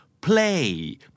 play